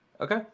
Okay